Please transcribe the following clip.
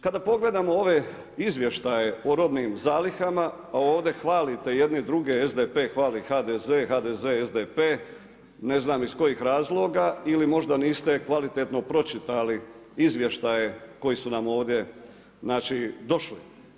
Kada pogledamo ove izvještaje o robnim zalihama, ovdje hvalite jedni druge, SDP hvali HDZ, HDZ SDP, ne znam iz kojih razloga ili možda niste kvalitetno pročitali izvještaje koji su nam ovdje došli.